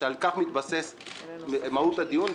שעל כך מתבססת מהות הדיון,